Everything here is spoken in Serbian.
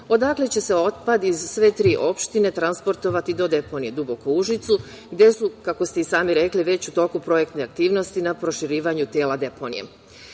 odakle će se otpad iz sve tri opštine transportovati do deponije Duboko u Užicu gde su, kako ste i sami rekli, već u toku projektne aktivnosti na proširivanju tela